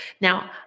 Now